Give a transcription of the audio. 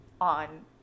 on